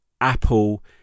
Apple